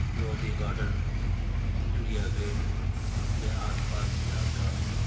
Lodhi garden India gate کے آس پاس علاقہ